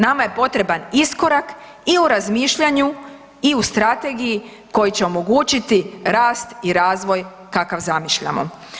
Nama je potreban iskorak i u razmišljanju i u strategiji koji će omogućiti rast i razvoj kakav zamišljamo.